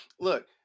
look